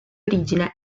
origine